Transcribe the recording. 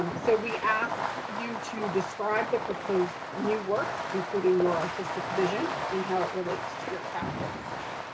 um so we ask you to describe the proposed new work, including your artistic vision and how it relates to your practice.